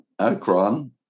Akron